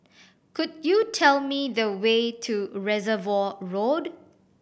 could you tell me the way to Reservoir Road